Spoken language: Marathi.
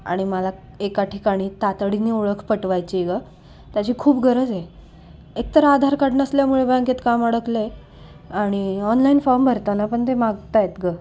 आणि मला एका ठिकाणी तातडीनी ओळख पटवायची गं त्याची खूप गरजय एकतर आधार कार्ड नसल्यामुळे बँकेत काय अडकलंय आणि ऑनलाईन फॉर्म भरताना पण ते मागतायेत गं